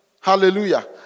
hallelujah